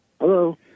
Hello